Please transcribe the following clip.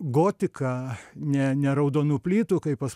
gotiką ne ne raudonų plytų kaip pas